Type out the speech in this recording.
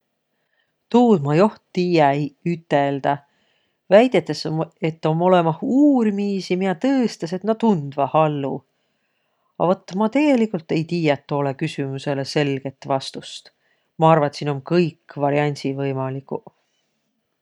Tuud ma joht tiiä eiq üteldäq. Väidetäs m-, et om olõmah uurmiisi, miä tõõstasõq, et nä tundvaq hallu, a vat ma tegeligult ei tiiäq toolõ küsümüsele selget vastust. Ma arva, et siin um kõik variandsiq võimaliguq.